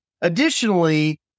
Additionally